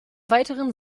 weiteren